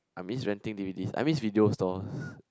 I miss renting D_V_Ds I miss video stores